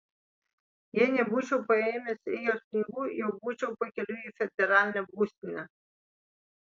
jei nebūčiau paėmęs rėjaus pinigų jau būčiau pakeliui į federalinę būstinę